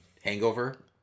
Hangover